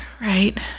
Right